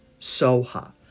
Soha